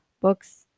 books